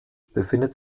befindet